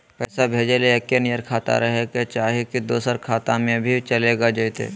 पैसा भेजे ले एके नियर खाता रहे के चाही की दोसर खाता में भी चलेगा जयते?